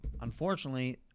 Unfortunately